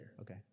Okay